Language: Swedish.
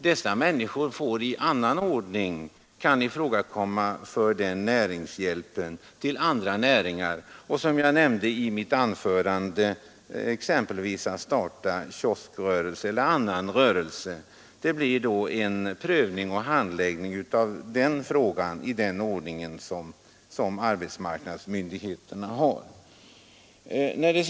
De människor det här rör sig om kan ifrågakomma för näringshjälp till andra näringar, exempelvis, som jag nämnde, för att starta en kioskrörelse eller annan rörelse. Den frågan prövas då i den ordning som arbetsmarknadsmyndigheterna föreskriver.